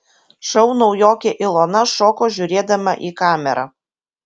šou naujokė ilona šoko žiūrėdama į kamerą